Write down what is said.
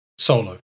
Solo